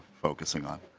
focusing on.